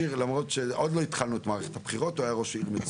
למרות שעוד לא התחלנו את מערכת הבחירות הוא היה ראש עיר מצוין.